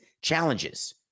challenges